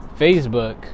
Facebook